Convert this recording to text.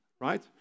right